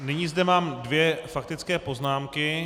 Nyní zde mám dvě faktické poznámky.